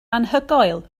anhygoel